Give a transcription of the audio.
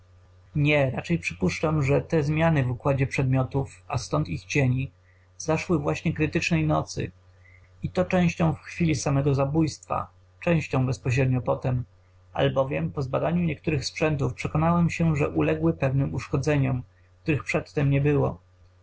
nie raczej przypuszczam że te zmiany w układzie przedmiotów a stąd i ich cieni zaszły właśnie krytycznej nocy i to częścią w chwili samego zabójstwa częścią bezpośrednio potem albowiem po zbadaniu niektórych sprzętów przekonałem się że uległy pewnym uszkodzeniom których przedtem nie było